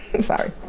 Sorry